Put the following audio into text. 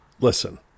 Listen